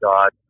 God